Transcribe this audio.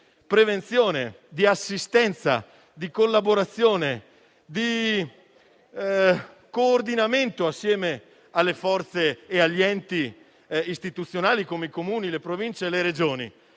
prevenzione, di assistenza, di collaborazione e di coordinamento assieme alle forze e agli enti istituzionali come i Comuni, le Province e le Regioni.